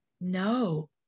No